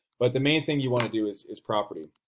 but the main thing you want to do is is property.